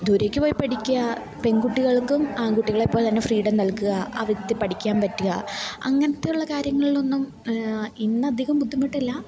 ദൂരേക്ക് പോയി പഠിക്കുക പെണ്കുട്ടികൾക്കും ആണ്കുട്ടികളെ പോലെ തന്നെ ഫ്രീഡം നൽകുക അവര്ക്ക് പഠിക്കാന് പറ്റുക അങ്ങനെയുള്ള കാര്യങ്ങളിലൊന്നും ഇന്നധികം ബുദ്ധിമുട്ടില്ല